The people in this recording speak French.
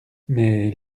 mais